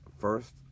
first